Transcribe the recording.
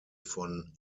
von